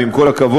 ועם כל הכבוד,